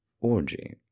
orgy